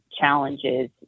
challenges